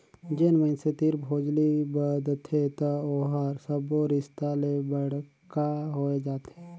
जेन मइनसे तीर भोजली बदथे त ओहर सब्बो रिस्ता ले बड़का होए जाथे